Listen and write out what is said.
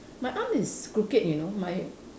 my arm is crooked you know my